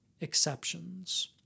exceptions